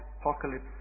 apocalypse